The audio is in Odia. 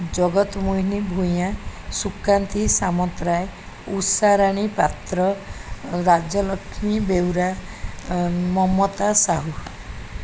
ଜଗତ୍ ମୋହିନି ଭୂୟାଁ ସୁକାନ୍ତି ସାମନ୍ତରାଏ ଉଷାରାଣୀ ପାତ୍ର ରାଜଲକ୍ଷ୍ମୀ ବେହୁରା ମମତା ସାହୁ